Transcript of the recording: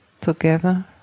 together